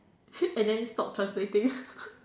and then stop translating